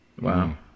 wow